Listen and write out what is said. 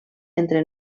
entre